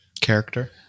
character